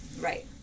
Right